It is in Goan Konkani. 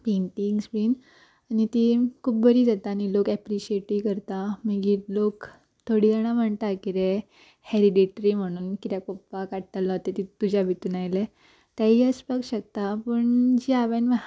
पेंटींग्स बीन आनी ती खूब बरी जाता आनी लोक एप्रिशिएटूय करता मागीर लोक थोडी जाणां म्हणटा कितें हेरिडेटरी म्हणून किद्याक पोवपाक काडटालो ते तुज्या भितून आयले तेय आसपाक शकता पूण जी हांवेन